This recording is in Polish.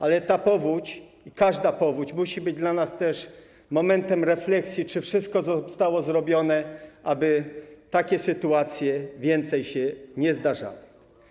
Ale ta powódź - i każda powódź - musi być dla nas też momentem refleksji, czy wszystko zostało zrobione, aby takie sytuacje więcej się nie zdarzały.